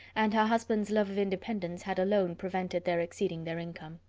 and her husband's love of independence had alone prevented their exceeding their income.